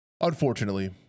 unfortunately